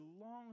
long